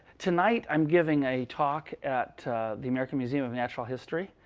tonight, i'm giving a talk at the american museum of natural history.